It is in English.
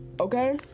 okay